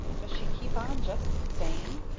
does she keep on just the same?